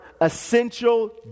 essential